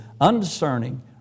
undiscerning